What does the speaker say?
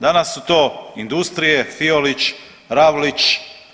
Danas su to industrije Fiolić, Ravlić.